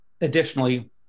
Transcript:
Additionally